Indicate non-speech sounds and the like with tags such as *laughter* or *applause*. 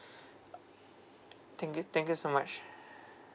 *noise* thank you thank you so much